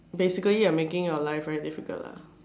basically you're making your life very difficult lah